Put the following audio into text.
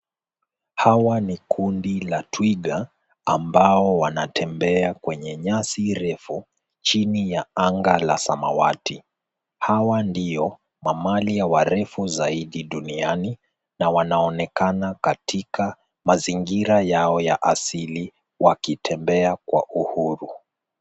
Hawa ni kundi la twiga ambao wanatembea kwenye nyasi refu chini ya anga la samawati, hawa ndio mamali warefu zaidi duniani na wanaonekana katika mazingira yao ya asili wakitembea kwa uhuru.